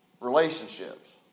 relationships